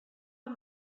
amb